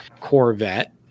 Corvette